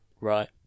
Right